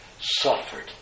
suffered